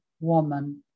woman